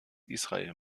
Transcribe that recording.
israel